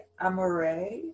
Amore